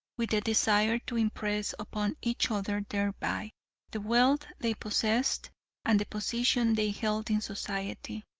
with the desire to impress upon each other thereby the wealth they possessed and the position they held in society.